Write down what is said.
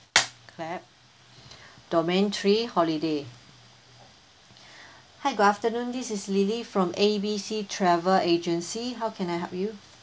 clap domain three holiday hi good afternoon this is lily from A_B_C travel agency how can I help you